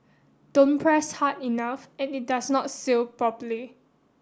don't press hard enough and it does not seal properly